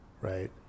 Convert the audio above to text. right